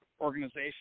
organization